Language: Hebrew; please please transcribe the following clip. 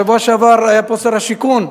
בשבוע שעבר היה כאן שר השיכון,